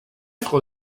frau